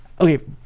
okay